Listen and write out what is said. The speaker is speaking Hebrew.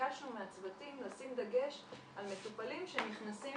--- ביקשנו מהצוותים לשים דגש על מטופלים שנכנסים